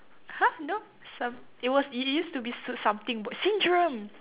!huh! no some it was it used to be s~ something syndrome